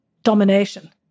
domination